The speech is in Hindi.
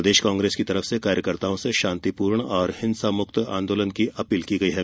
प्रदेश कांग्रेस की ओर से कार्यकर्ताओं से शांतिपूर्ण और हिंसामुक्त आंदोलन की अपील की गई है